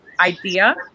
idea